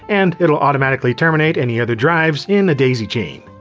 and it'll automatically terminate any other drives in a daisy chain.